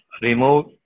Remove